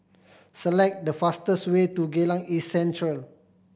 select the fastest way to Geylang East Central